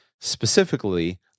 Specifically